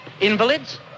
invalids